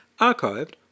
archived